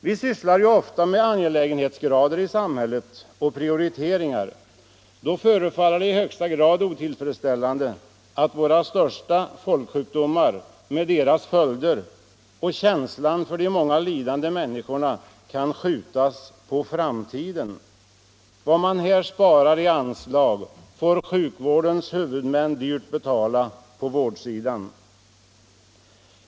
Vi sysslar ju ofta i vårt samhälle med angelägenhetsgraderingar och prioriteringar. Då förefaller det i högsta grad otillfredsställande att forskningen kring våra stora folksjukdomar med de svåra lidanden de medför för många människor skall skjutas på framtiden. Vad man här sparar i anslag får sjukvårdshuvudmännen dyrt betala på vårdsidan.